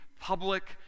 public